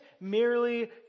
merely